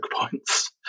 points